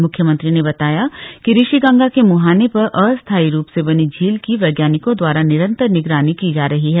म्ख्यमंत्री ने बताया कि ऋषिगंगा के म्हाने पर अस्थायी रूप से बनी झील की वैज्ञानिकों द्वारा निरंतर निगरानी की जा रही है